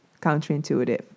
counterintuitive